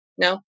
No